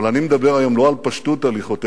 אבל אני מדבר היום לא על פשטות הליכותיך,